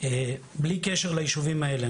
בלי קשר ליישובים האלה.